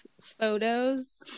photos